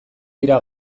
dira